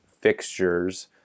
fixtures –